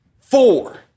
Four